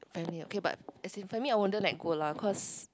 family ah okay but as in family I wouldn't let go lah cause